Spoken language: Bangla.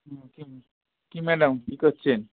হুম কি কি ম্যাডাম কি করছেন